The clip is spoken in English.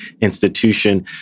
institution